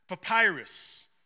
papyrus